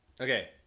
Okay